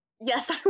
yes